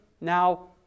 now